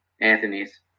Anthony's